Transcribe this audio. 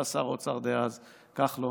בא שר האוצר דאז כחלון,